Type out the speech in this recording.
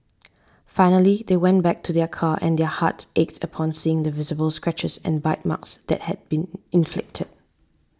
finally they went back to their car and their hearts ached upon seeing the visible scratches and bite marks that had been inflicted